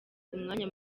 umwanya